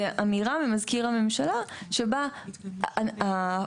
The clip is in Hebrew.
זה אמירה ממזכיר הממשלה שבה הפורמליקה